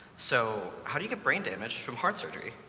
so how do you get brain damage from heart surgery?